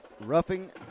Roughing